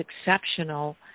exceptional